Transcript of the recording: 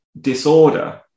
disorder